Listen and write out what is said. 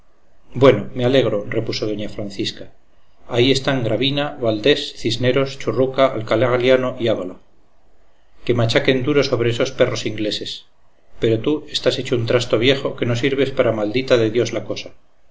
bueno me alegro repuso doña francisca ahí están gravina valdés cisneros churruca alcalá galiano y álava que machaquen duro sobre esos perros ingleses pero tú estás hecho un trasto viejo que no sirves para maldita de dios la cosa